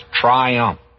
triumph